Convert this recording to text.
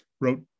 wrote